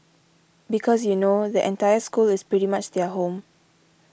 because you know the entire school is pretty much their home